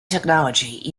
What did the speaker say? technology